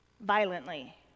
violently